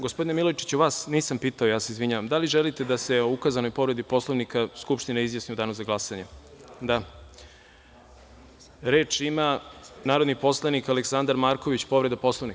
Gospodine Milojičiću, vas nisam pitao, da li želite da se o ukazanoj povredi Poslovnika Skupština izjasni u danu za glasanje? (Da.) Reč ima narodni poslanik Aleksandar Marković, povreda Poslovnika.